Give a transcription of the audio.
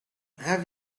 have